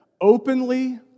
openly